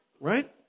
right